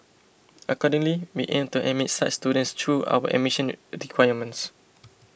accordingly we aim to admit such students through our admission requirements